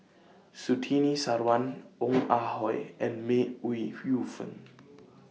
Surtini Sarwan Ong Ah Hoi and May Ooi Yu Fen